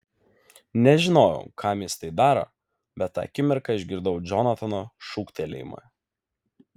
nežinojau kam jis tai daro bet tą akimirką išgirdau džonatano šūktelėjimą